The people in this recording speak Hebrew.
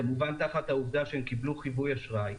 כמובן תחת העובדה שהם קיבלו חיווי אשראי,